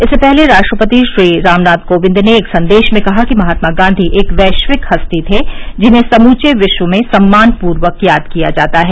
इससे पहले राष्ट्रपति श्री रामनाथ कोविन्द ने एक संदेश में कहा कि महात्मा गांधी एक वैश्विक हस्ती थे जिन्हें समुचे विश्व में सम्मानपूर्वक याद किया जाता है